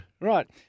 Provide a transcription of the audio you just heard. Right